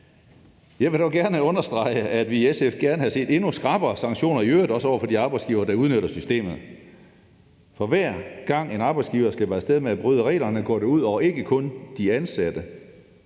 Jeg vil dog gerne understrege, at vi i SF i øvrigt gerne havde set endnu skrappere sanktioner over for de arbejdsgivere, der udnytter systemet. For hver gang en arbejdsgiver slipper af sted med at bryde reglerne, går det ikke kun ud over